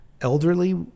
elderly